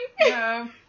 No